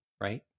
Right